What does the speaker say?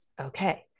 Okay